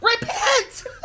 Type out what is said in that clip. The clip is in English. Repent